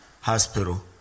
hospital